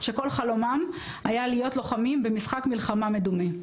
שכל חלומם היה להיות לוחמים במשחק מלחמה מדומה.